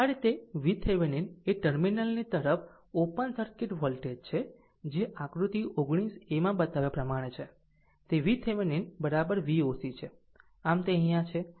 આ રીતે VThevenin એ ટર્મિનલની તરફ ઓપન સર્કિટ વોલ્ટેજ છે જે આકૃતિ 19 a માં બતાવ્યા પ્રમાણે છે તે VThevenin Voc છે